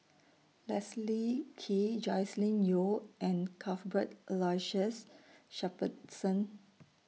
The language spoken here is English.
Leslie Kee Joscelin Yeo and Cuthbert Aloysius Shepherdson